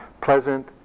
pleasant